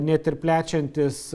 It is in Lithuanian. net ir plečiantis